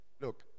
Look